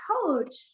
coach